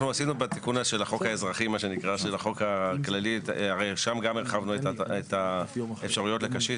--- בתיקון החוק הכללי הרחבנו את האפשרויות לקשיש